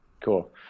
Cool